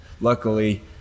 luckily